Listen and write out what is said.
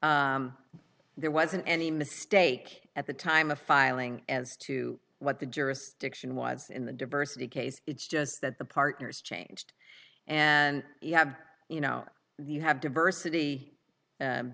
there wasn't any mistake at the time of filing as to what the jurisdiction was in the diversity case it's just that the partners changed and you have you know you have diversity